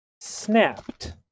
Snapped